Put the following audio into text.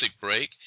break